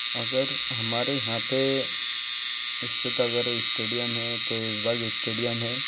अगर हमारे यहाँ पर स्थित अगर स्टेडियम है तो इस्बाग स्टेडियम है